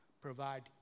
provide